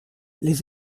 les